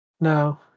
No